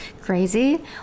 crazy